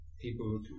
people